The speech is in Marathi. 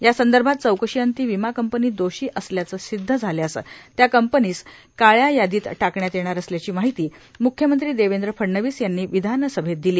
यासंदर्भात चौकशीअंती विमा कंपनी दोषी असल्याचं सिदध झाल्यास त्या कंपनीस काळ्या यादीत टाकण्यात येणार असल्याची माहिती म्ख्यमंत्री देवेंद्र फडणवीस यांनी विधानसभेत दिली